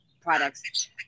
products